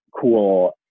cool